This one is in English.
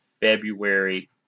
February